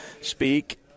speak